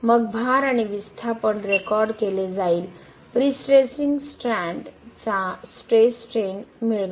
मग भार आणि विस्थापन रेकॉर्ड केले जाईल प्रिस्ट्रेसिंग स्ट्रँड चा स्ट्रेस स्ट्रेन मिळवा